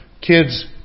kid's